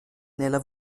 nella